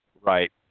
Right